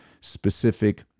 specific